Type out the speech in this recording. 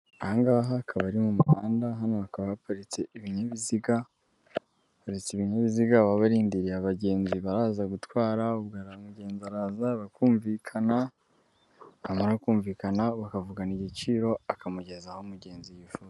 Angahaha hakaba ari mu muhanda hano hakaba haparitse ibinyabiziga haretse ibinyabiziga wabarindiriye abagenzi baraza gutwara, abagenzi baraza bakumvikana, bamara kumvikana, bakavugana igiciro akamugeza aho umugenzi yifuza.